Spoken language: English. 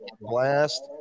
blast